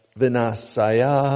vinasaya